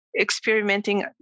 experimenting